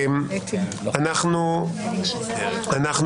סדרנים, אני